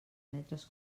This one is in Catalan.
metres